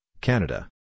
Canada